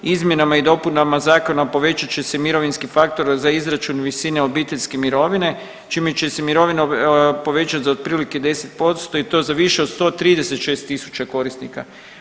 Izmjenama i dopunama zakona povećat će se mirovinski faktor za izračun visine obiteljske mirovine čime će se mirovina povećati za otprilike 10% i to za više od 136000 korisnika.